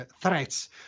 threats